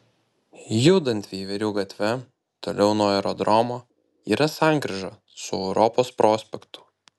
judant veiverių gatve toliau nuo aerodromo yra sankryža su europos prospektu